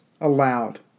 allowed